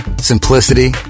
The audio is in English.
simplicity